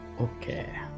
Okay